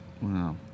Wow